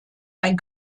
ein